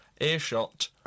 earshot